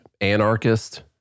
anarchist